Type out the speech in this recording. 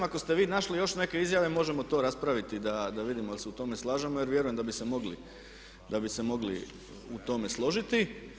Ako ste vi našli još neke izjave možemo to raspraviti da vidimo jel se u tome slažemo, jer vjerujem da bi se mogli u tome složiti.